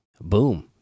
boom